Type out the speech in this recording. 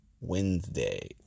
Wednesday